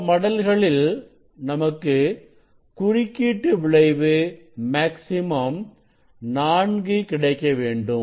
இந்த மடல்களில் நமக்கு குறுக்கீட்டு விளைவு மேக்ஸிமம் 4 கிடைக்க வேண்டும்